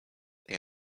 they